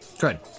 Good